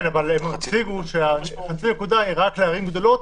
כן, אבל הם אמרו שחצי נקודה היא רק לערים גדולות.